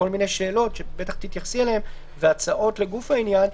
כל מיני שאלות שבטח תתייחסי אליהן והצעות לגוף העניין,